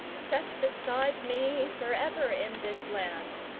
set beside me for ever in this land,